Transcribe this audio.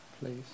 please